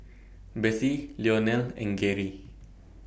Bessie Leonel and Geri